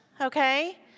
okay